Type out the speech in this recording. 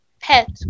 pet